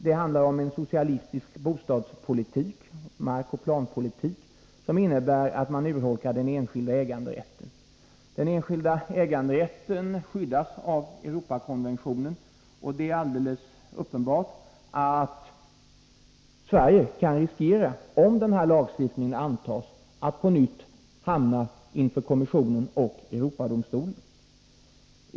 Det handlar om en socialistisk bostadspolitik, markoch planpolitik, som innebär att man urholkar den enskilda äganderätten. Den enskilda äganderätten skyddas av Europakonventionen, och det är alldeles uppenbart att Sverige kan riskera — om den här lagstiftningen antas — att på nytt hamna inför kommissionen och Europadomstolen.